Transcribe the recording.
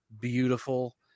beautiful